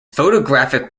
photographic